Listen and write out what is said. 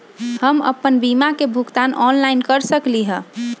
हम अपन बीमा के भुगतान ऑनलाइन कर सकली ह?